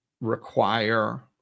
require